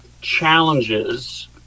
challenges